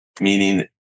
meaning